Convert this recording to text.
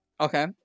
Okay